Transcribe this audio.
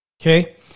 Okay